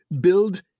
build